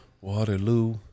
Waterloo